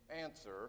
answer